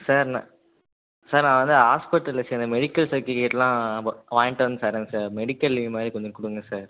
sir நான் sir நான் வந்து ஆஸ்பத்திரியில சேர்ந்த மெடிக்கல் சர்ட்டிஃபிக்கேட்லாம் போ வாங்கிகிட்டு வந்து தரேன் சார் மெடிக்கல் லீவ் மாதிரி கொஞ்ச கொடுங்க சார்